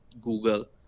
Google